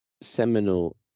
seminal